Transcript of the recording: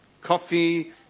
Coffee